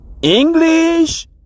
english